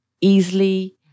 easily